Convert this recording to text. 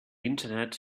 internet